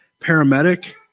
paramedic